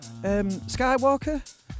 Skywalker